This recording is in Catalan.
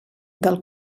del